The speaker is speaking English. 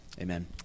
amen